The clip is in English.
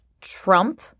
Trump